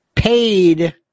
paid